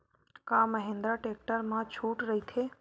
का महिंद्रा टेक्टर मा छुट राइथे?